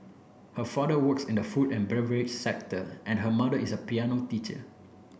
her father works in the food and beverage sector and her mother is a piano teacher